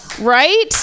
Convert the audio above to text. Right